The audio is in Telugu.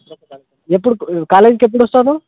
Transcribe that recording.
ఎప్పుడు కాలేజీకి ఎప్పుడు వస్తావు